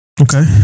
Okay